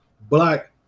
black